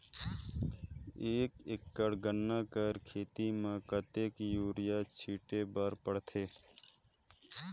एक एकड़ गन्ना कर खेती म कतेक युरिया छिंटे बर पड़थे?